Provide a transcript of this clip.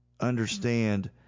understand